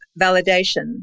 validation